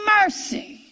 mercy